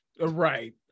Right